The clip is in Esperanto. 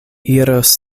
iros